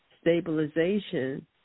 stabilization